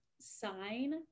sign